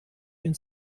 den